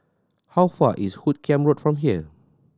how far is Hoot Kiam Road from here